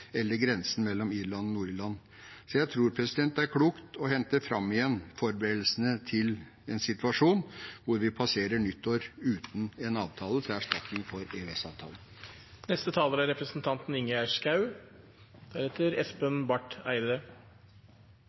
eller grensen mellom Irland og Nord-Irland. Jeg tror det er klokt å hente fram igjen forberedelsene til en situasjon hvor vi passerer nyttår uten en avtale til erstatning for